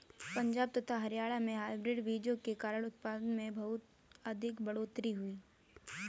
पंजाब तथा हरियाणा में हाइब्रिड बीजों के कारण उत्पादन में बहुत अधिक बढ़ोतरी हुई